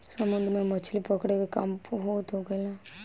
समुन्द्र में मछली पकड़े के काम बहुत होखेला